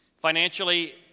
Financially